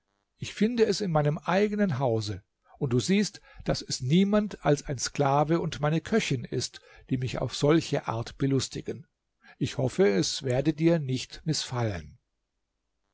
ich finde es in meinem eigenen hause und du siehst daß es niemand als ein sklave und meine köchin ist die mich auf solche art belustigen ich hoffe es werde dir nicht mißfallen